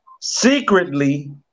secretly